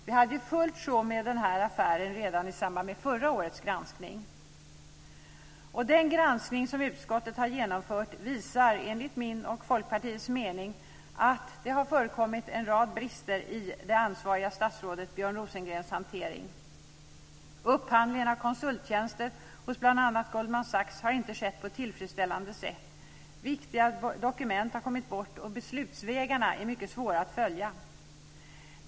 Vi hade fullt sjå med den här affären redan i samband med förra årets granskning. Den granskning som utskottet har genomfört visar, enligt min och Folkpartiets mening, att det har förekommit en rad brister i det ansvariga statsrådet Björn Rosengrens hantering. Upphandlingen av konsulttjänster hos bl.a. Goldman Sachs har inte skett på ett tillfredsställande sätt. Viktiga dokument har kommit bort, och beslutsvägarna är mycket svåra att följa.